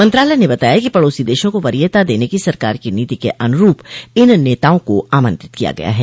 मंत्रालय ने बताया कि पड़ोसी देशों को वरीयता देने की सरकार की नीति के अनुरूप इन नेताओं को आमंत्रित किया गया है